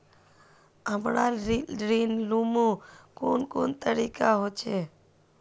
हमरा ऋण लुमू कुन कुन तरीका होचे?